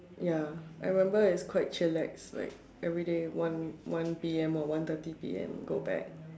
ya I remember it's quite chillax like everyday one one P_M or one thirty P_M go back